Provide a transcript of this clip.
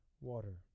water